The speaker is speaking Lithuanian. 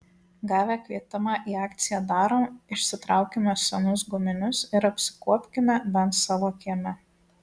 gavę kvietimą į akciją darom išsitraukime senus guminius ir apsikuopkime bent savo kieme